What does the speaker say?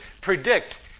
predict